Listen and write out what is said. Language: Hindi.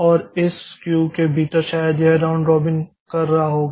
और इस क्यू के भीतर शायद यह राउंड रॉबिन कर रहा होगा